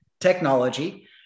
technology